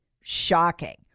Shocking